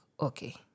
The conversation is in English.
okay